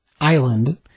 island